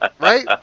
Right